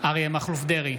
אריה מכלוף דרעי,